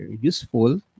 useful